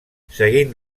seguint